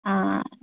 ആ